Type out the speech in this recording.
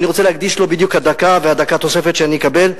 ואני רוצה להקדיש לו בדיוק את הדקה ואת דקת התוספת שאני אקבל,